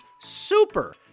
super